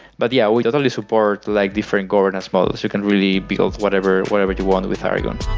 but yeah, we definitely support like different governance models. you can really build whatever whatever you want with aragon